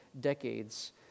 decades